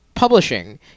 publishing